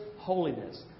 holiness